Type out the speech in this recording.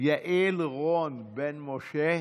יעל רון בן משה.